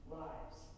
lives